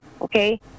okay